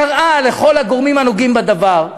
קראה לכל הגורמים הנוגעים בדבר,